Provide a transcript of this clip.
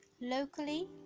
locally